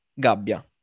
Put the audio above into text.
Gabbia